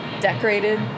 decorated